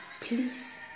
Please